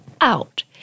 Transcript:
out